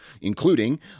including